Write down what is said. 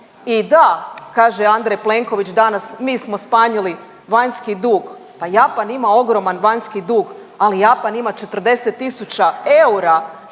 I da, kaže Andrej Plenković danas mi smo smanjili vanjski dug, pa Japan ima ogroman vanjski dug, ali Japan ima 40 tisuća